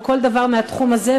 או כל דבר מהתחום הזה,